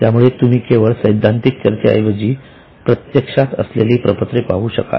त्यामुळे तुम्ही केवळ सैद्धांतिक चर्चे ऐवजी प्रत्यक्षात असलेली प्रपत्रे पाहू शकाल